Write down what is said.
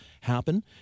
happen